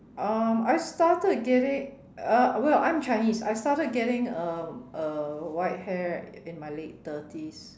um I started getting uh well I'm Chinese I started getting uh uh white hair in my late thirties